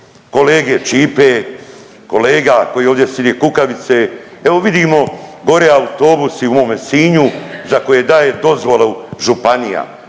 kolege Ćipe, kolege koji ovdi sidi Kukavice. Evo vidimo gore autobusi u mome Sinju za koje daje dozvole županija,